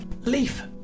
Leaf